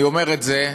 אני אומר את זה,